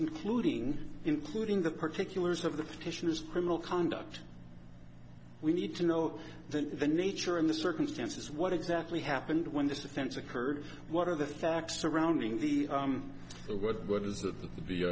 including including the particulars of the patient's criminal conduct we need to know that the nature and the circumstances what exactly happened when this offense occurred what are the facts surrounding the who what what is th